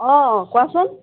অঁ কোৱাচোন